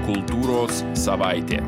kultūros savaitė